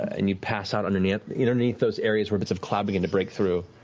and you pass out underneath underneath those areas where bits of cloud begin to break through.